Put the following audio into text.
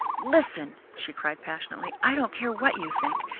listen, she cried passionately, i don't care what you think!